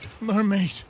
Mermaid